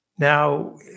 Now